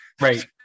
right